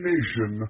Nation